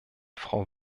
frau